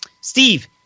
Steve